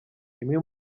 imwe